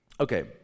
Okay